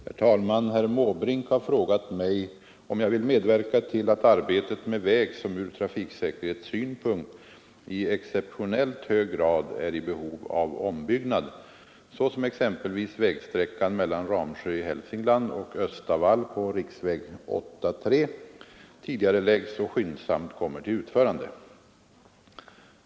Herr talman! Herr Måbrink har frågat mig om jag vill medverka till att arbetet med väg som från trafiksäkerhetssynpunkt i exceptionellt hög grad är i behov av ombyggnad — såsom exempelvis vägsträckan mellan Ramsjö i Hälsingland och Östavall på riksväg 83 — tidigareläggs och skyndsamt kommer till utförande.